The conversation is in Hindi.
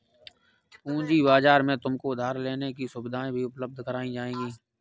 पूँजी बाजार में तुमको उधार लेने की सुविधाएं भी उपलब्ध कराई जाएंगी